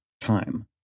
time